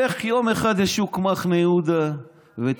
לך יום אחד לשוק מחנה יהודה ותשמע,